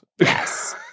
yes